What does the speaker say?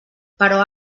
però